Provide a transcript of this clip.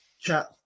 chat